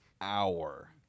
hour